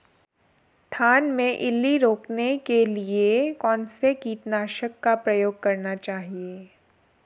धान में इल्ली रोकने के लिए कौनसे कीटनाशक का प्रयोग करना चाहिए?